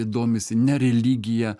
domisi ne religija